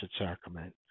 sacrament